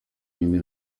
ibindi